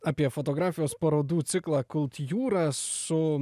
apie fotografijos parodų ciklą kultjūra su